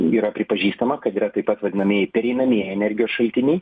yra pripažįstama kad yra taip pat vadinamieji pereinamieji energijos šaltiniai